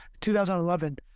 2011